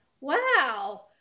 Wow